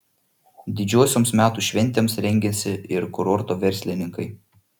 didžiosioms metų šventėms rengiasi ir kurorto verslininkai